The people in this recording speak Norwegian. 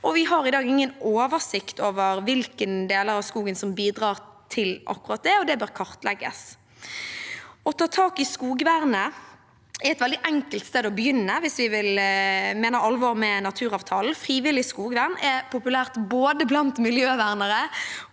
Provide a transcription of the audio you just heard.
Vi har i dag ingen oversikt over hvilke deler av skogen som bidrar til akkurat det, og det bør kartlegges. Å ta tak i skogvernet er et veldig enkelt sted å begynne hvis vi mener alvor med naturavtalen. Frivillig skogvern er populært blant både miljøvernere